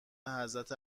حضرت